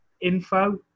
info